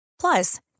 Plus